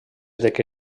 que